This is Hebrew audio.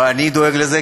ואני דואג לזה,